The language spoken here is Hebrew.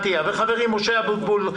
וחברים: משה אבוטבול,